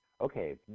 Okay